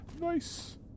Nice